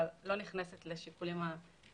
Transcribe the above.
אבל אני לא נכנסת לשיקולים המשפטיים.